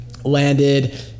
Landed